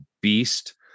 beast